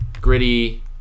gritty